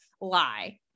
Lie